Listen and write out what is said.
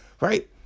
Right